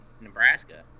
Nebraska